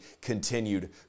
continued